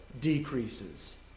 decreases